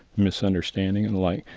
misunderstanding and the like,